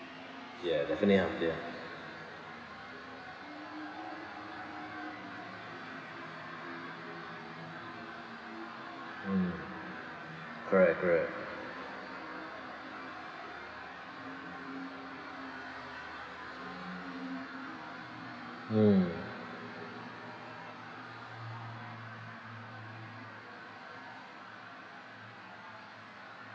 ya definitely I'm here mm correct correct mm